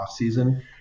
offseason